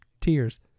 tears